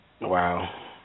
Wow